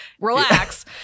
relax